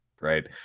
Right